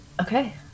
Okay